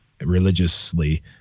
religiously